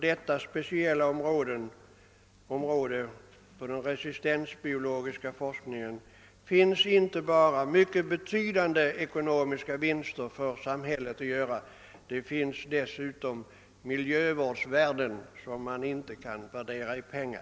Detta speciella område inom den resistensbiologiska forskningen medför utan tvivel inte bara betydande ekonomiska vinster för samhället utan även miljövårdsvärden som man inte kan värdera i pengar.